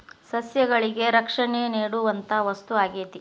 ಸಸ್ಯಗಳಿಗೆ ರಕ್ಷಣೆ ನೇಡುವಂತಾ ವಸ್ತು ಆಗೇತಿ